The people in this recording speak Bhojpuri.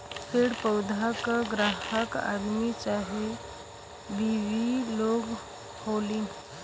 पेड़ पउधा क ग्राहक आदमी चाहे बिवी लोग होलीन